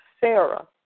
Sarah